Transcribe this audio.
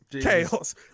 chaos